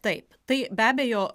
taip tai be abejo